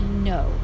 No